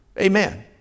Amen